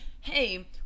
hey